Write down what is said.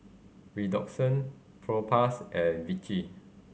Redoxon Propass and Vichy